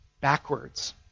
backwards